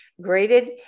graded